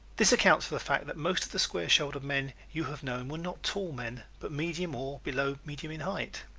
this accounts for the fact that most of the square shouldered men you have known were not tall men, but medium or below medium in height.